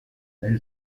elle